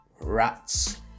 Rats